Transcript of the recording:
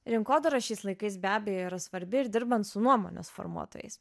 rinkodara šiais laikais be abejo yra svarbi ir dirbant su nuomonės formuotojais